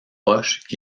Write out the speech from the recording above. poche